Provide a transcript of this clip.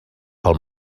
pel